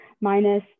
minus